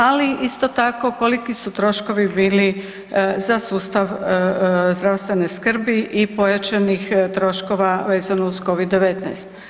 Ali isto tako koliki su troškovi bili za sustav zdravstvene skrbi i pojačanih troškova vezano za Covid-19.